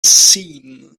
seen